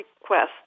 request